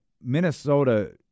Minnesota